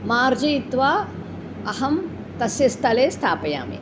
मार्जयित्वा अहं तस्य स्थले स्थापयामि